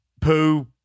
poo